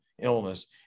illness